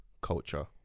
culture